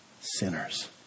sinners